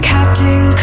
Captain